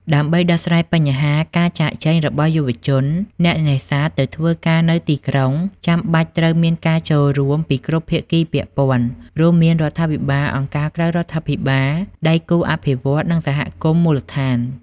ដើម្បីដោះស្រាយបញ្ហាការចាកចេញរបស់យុវជនអ្នកនេសាទទៅធ្វើការនៅទីក្រុង ចាំបាច់ត្រូវមានការចូលរួមពីគ្រប់ភាគីពាក់ព័ន្ធ រួមមាន រដ្ឋាភិបាល អង្គការក្រៅរដ្ឋាភិបាល ដៃគូអភិវឌ្ឍន៍ និងសហគមន៍មូលដ្ឋាន។